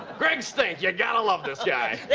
greg stink. you gotta love this guy.